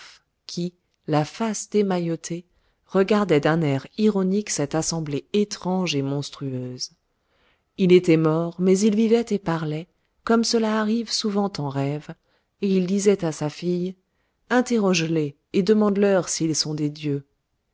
qui la face démaillotée regardait d'un air ironique cette assemblée étrange et monstrueuse il était mort mais il vivait et parlait comme cela arrive souvent en rêve et il disait à sa fille interroge les et demande leur s'ils sont des dieux